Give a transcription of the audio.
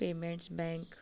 payments bank